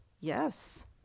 Yes